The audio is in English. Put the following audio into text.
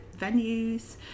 venues